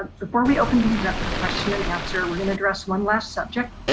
ah before we open things up for question and answer, we're gonna address one less subject.